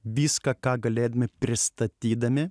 viską ką galėdami pristatydami